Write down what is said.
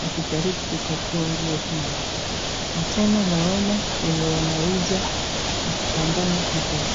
wakijaribu kukagua nguo hizi. Na tena naona wenye wanauza wakipambana na kazi.